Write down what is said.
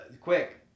Quick